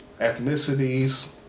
ethnicities